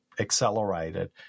accelerated